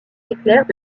éclairent